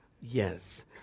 Yes